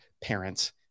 Parents